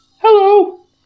Hello